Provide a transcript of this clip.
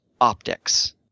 optics